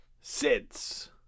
sits